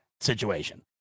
situation